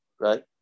Right